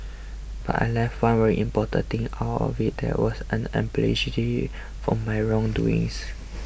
but I left one very important thing out of it and was an for my wrong doings